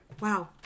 Wow